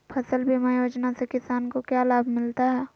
फसल बीमा योजना से किसान को क्या लाभ मिलता है?